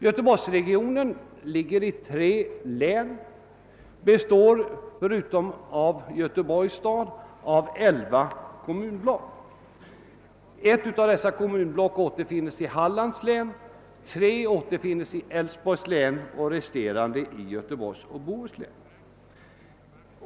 Göteborgsregionen ligger i tre län och består förutom av Göteborgs stad av elva kommunblock. Ett av dessa kommunblock återfinns i Hallands län, tre återfinns i Älvsborgs län och resterande i Göteborgs och Bohus län.